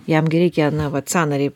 jam gi reikia na vat sąnarį